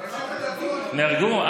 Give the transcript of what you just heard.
נהרגו?